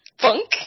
Funk